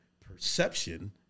perception